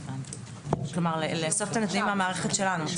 כלומר לאסוף את הנתונים מהמערכת שלנו.